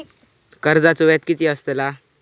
कर्जाचो व्याज कीती असताला?